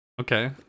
Okay